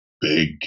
big